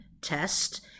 test